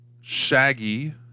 Shaggy